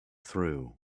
through